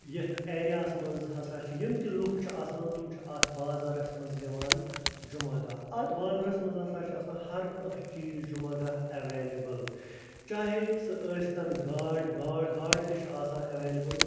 یَتھ ایریاہس منٛز ہَسا چھِ یِم تہِ لُکھ چھِ آسان تِم چھِ اتھ بازارَس منٛز یِوان جُمعہ دۄہ اتھ بازرَس منٛز ہَسا چھِ آسان ہر کانٛہہ چیٖز جُمعہ دۄہ اٮ۪وٮ۪لیبٕل چاہے سُہ ٲسۍتن گاڈ گاڑِ تہِ چھُ آسان اٮ۪وٮ۪لیبٕل